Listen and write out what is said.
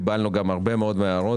קיבלנו גם הרבה מאוד מההערות.